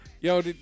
Yo